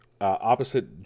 opposite